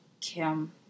Kim